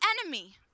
enemy